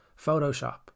Photoshop